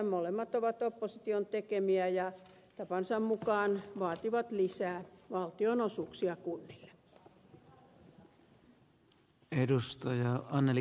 molemmat ovat opposition tekemiä ja tapansa mukaan vaativat lisää valtionosuuksia kunnille